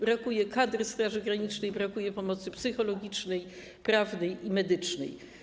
Brakuje kadry Straży Granicznej, brakuje pomocy psychologicznej, prawnej i medycznej.